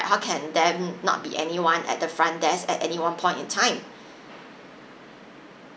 how can them not be anyone at the front desk at any one point in time